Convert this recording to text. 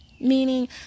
Meaning